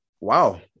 wow